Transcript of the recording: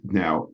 now